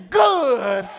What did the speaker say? good